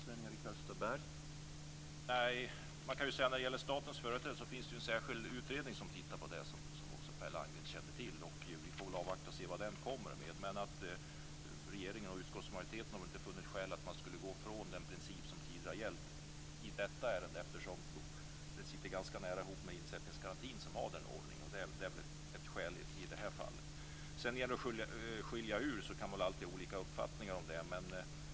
Herr talman! Man kan när det gäller statens företräde säga att det finns en särskild utredning, som också Per Landgren känner till. Vi får väl avvakta vad den kommer med. Regeringen och utskottsmajoriteten har inte funnit skäl att gå ifrån den princip som tidigare gällt i detta ärende, eftersom det ligger ganska nära insättningsgarantin som har denna ordning. Det är ett skäl. Man kan alltid har olika uppfattningar när det gäller att skilja ur.